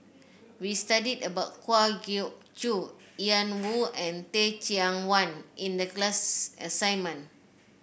we studied about Kwa Geok Choo Yan Woo and Teh Cheang Wan in the class assignment